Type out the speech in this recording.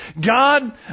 god